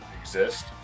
exist